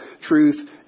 truth